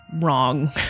wrong